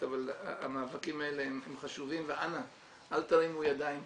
המאבקים האלה חשובים, ואנא, אל תרימו ידיים.